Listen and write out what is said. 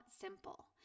simple